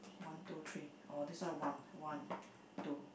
one two three orh this one one one two